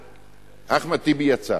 אחמד טיבי יצא.